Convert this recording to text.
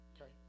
Okay